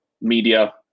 media